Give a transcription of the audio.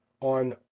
on